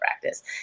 practice